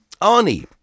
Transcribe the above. Arnie